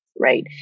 right